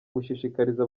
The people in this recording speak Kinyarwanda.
gushishikariza